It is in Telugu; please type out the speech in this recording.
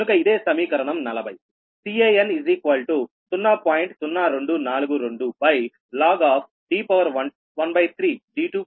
కనుక ఇదే సమీకరణం 40